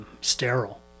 Sterile